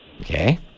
Okay